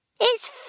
It's